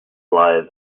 blythe